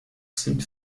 sind